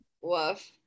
woof